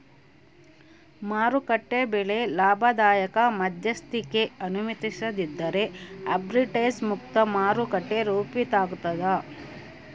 ಮಾರುಕಟ್ಟೆ ಬೆಲೆ ಲಾಭದಾಯಕ ಮಧ್ಯಸ್ಥಿಕಿಗೆ ಅನುಮತಿಸದಿದ್ದರೆ ಆರ್ಬಿಟ್ರೇಜ್ ಮುಕ್ತ ಮಾರುಕಟ್ಟೆ ರೂಪಿತಾಗ್ತದ